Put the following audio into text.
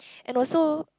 and also